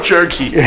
Jerky